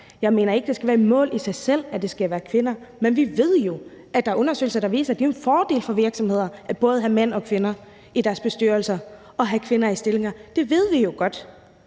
Jeg mener ikke, det skal være et mål i sig selv, at det skal være kvinder, men vi ved jo, at der er undersøgelser, der viser, at det er en fordel for virksomheder både at have mænd og kvinder i deres bestyrelser og at have kvinder i de stillinger. Det ved vi jo godt.